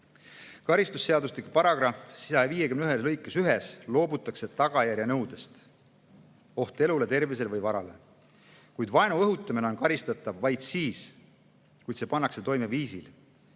Karistusseadustiku § 151 lõikes 1 loobutakse tagajärje nõudest (oht elule, tervisele või varale), kuid vaenu õhutamine on karistatav vaid siis, kui see pannakse toime viisil,